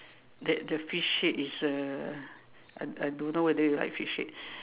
that the fish head is a I I don't know whether you like fish head